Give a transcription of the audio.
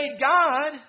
God